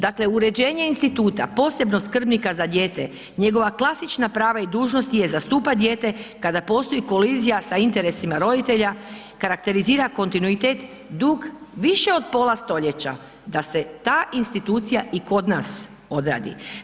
Dakle, uređenje instituta posebno skrbnika za dijete, njegova klasična prava i dužnosti je zastupat dijete kada postoji kolizija sa interesima roditelja, karakterizira kontinuitet dug više od pola stoljeća da se ta institucija i kod nas odradi.